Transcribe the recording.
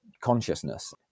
consciousness